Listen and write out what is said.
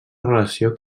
relació